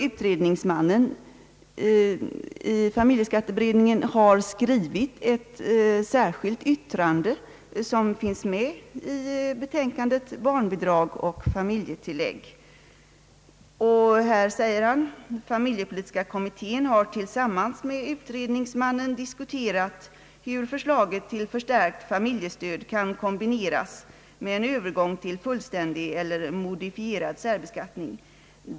Utredningsmannen i familjeskatteberedningen har skrivit ett särskilt yttrande som finns med i betänkandet Barnbidrag och familjetillägg, vari han bl.a. anför: »Familjepolitiska kommittén har tillsammans med utredningsmannen diskuterat hur förslaget till förstärkt familjestöd kan kombineras med en övergång till fullständig eller modifierad särbeskattning.